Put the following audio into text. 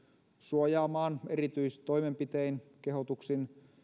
suojaamaan erityistoimenpitein kehotuksin